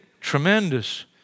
Tremendous